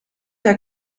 der